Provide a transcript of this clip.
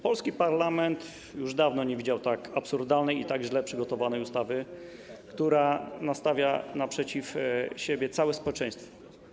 Polski parlament już dawno nie widział tak absurdalnej i tak źle przygotowanej ustawy, która nastawia przeciw sobie całe społeczeństwo.